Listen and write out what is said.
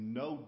no